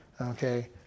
Okay